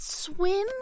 Swim